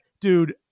dude